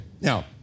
Now